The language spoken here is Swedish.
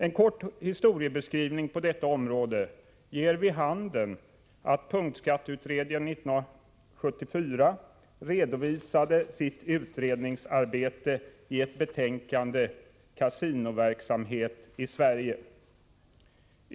En kort historiebeskrivning på detta område ger vid handen att punktskatteutredningen 1974 redovisade sitt utredningsarbete i betänkandet Kasinoverksamhet i Sverige.